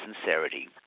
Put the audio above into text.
sincerity